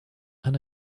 and